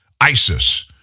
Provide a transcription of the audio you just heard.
ISIS